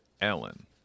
ellen